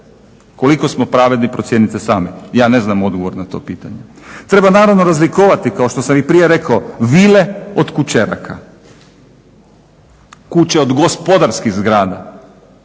Koliko smo pravedni procijenite sami, ja ne znam odgovor na to pitanje. Treba naravno razlikovati, kao što sam i prije rekao, vile od kućeraka, kuće od gospodarskih zgrada,